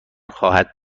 خواهد